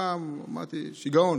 והפעם אמרתי: שיגעון.